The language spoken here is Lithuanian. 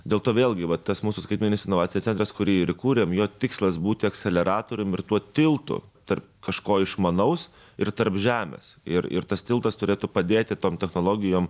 dėl to vėlgi va tas mūsų skaitmenis inovacijų centras kurį ir įkūrėm jo tikslas būti akseleratorium ir tuo tiltu tarp kažko išmanaus ir tarp žemės ir ir tas tiltas turėtų padėti tom technologijom